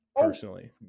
personally